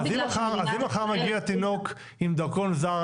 לא בגלל שלא --- אם מחר מגיע תינוק עם דרכון זר,